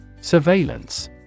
Surveillance